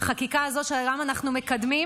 החקיקה הזו שהיום אנחנו מקדמים,